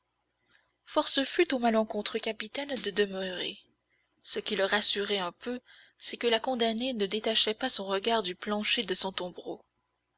force fut au malencontreux capitaine de demeurer ce qui le rassurait un peu c'est que la condamnée ne détachait pas son regard du plancher de son tombereau